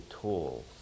tools